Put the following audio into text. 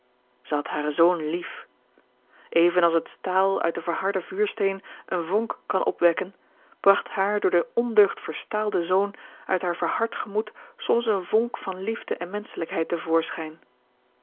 had haren zoon lief even als het staal uit den verharden vuursteen eene vonk kan opwekken bragt haar door de ondeugd verstaalde zoon uit haar verhard gemoed soms eene vonk van liefde en menschelijkheid